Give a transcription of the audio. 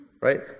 Right